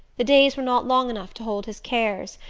the days were not long enough to hold his cares,